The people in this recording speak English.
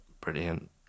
Brilliant